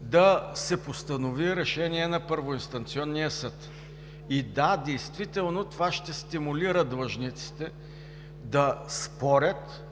да се постанови решение на първоинстанционния съд и да – действително, това ще стимулира длъжниците да спорят,